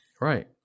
Right